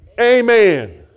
Amen